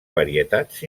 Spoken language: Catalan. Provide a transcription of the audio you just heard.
varietats